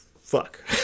Fuck